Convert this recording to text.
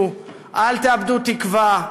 אל תפקפקו, אל תאבדו תקווה.